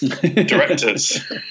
directors